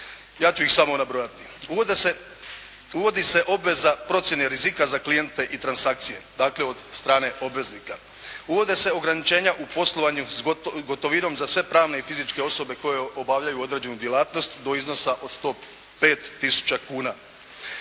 Ja ću ih samo nabrojati. Uvodi se obveza procjene rizika za klijente i transakcije, dakle od strane obveznika, uvode se ograničenja u poslovanju s gotovinom za sve pravne i fizičke osobe koje obavljaju određenu djelatnost iznad iznosa od 105 tisuća kuna.